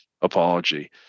apology